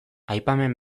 aipamen